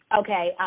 Okay